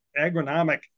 agronomic